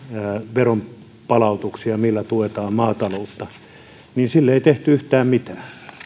veronpalautuksia millä tuetaan maataloutta ja sille ei tehty yhtään mitään